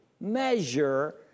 measure